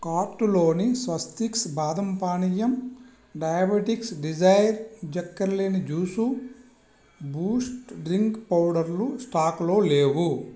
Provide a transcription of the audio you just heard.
కార్టులోని స్వస్తిక్స్ బాదం పానీయం డయాబెటిక్స్ డిజైర్ చక్కెర లేని జూసు బూస్ట్ డ్రింక్ పౌడర్లు స్టాకులో లేవు